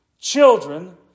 Children